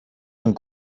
rhwng